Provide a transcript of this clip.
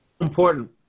important